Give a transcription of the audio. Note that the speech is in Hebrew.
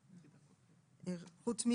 אפרת רק חשבה איך היא פותחת את הדיון הבקר הכי טוב.